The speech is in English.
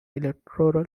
electoral